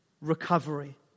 recovery